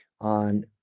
on